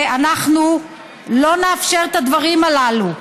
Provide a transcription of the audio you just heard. ואנחנו לא נאפשר את הדברים הללו.